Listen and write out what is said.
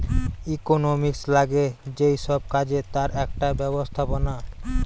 economics লাগে যেই সব কাজে তার একটা ব্যবস্থাপনা